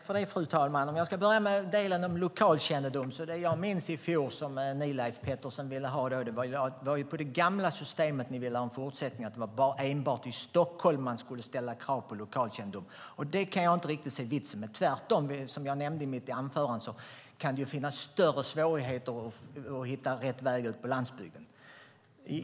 Fru talman! Låt mig börja med delen om lokalkännedom. Vad jag minns var det som ni ville ha i fjol, Leif Pettersson, en fortsättning på det gamla systemet. Det skulle vara enbart i Stockholm som man skulle ställa krav på lokalkännedom. Det kan jag inte riktigt se vitsen med. Tvärtom kan det, som jag nämnde i mitt anförande, finnas större svårigheter att hitta rätt väg ute på landsbygden.